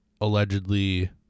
Allegedly